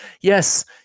Yes